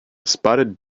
spotted